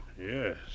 Yes